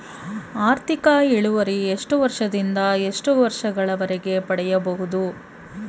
ಆರ್ಥಿಕ ಇಳುವರಿ ಎಷ್ಟು ವರ್ಷ ದಿಂದ ಎಷ್ಟು ವರ್ಷ ಗಳವರೆಗೆ ಪಡೆಯಬಹುದು?